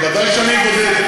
בוודאי שאני מבודד,